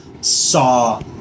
saw